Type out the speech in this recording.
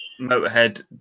Motorhead